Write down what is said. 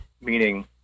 meaning